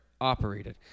operated